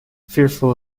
fearful